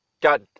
got